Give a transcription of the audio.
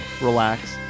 relax